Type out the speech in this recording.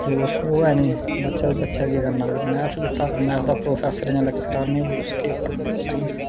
ते ओह् ऐ नीं ते बच्चें केह् करना फिर मैथ दे साईंस दे लैक्चरार्र ते प्रौफैसर